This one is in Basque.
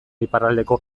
iparraldeko